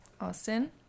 Austin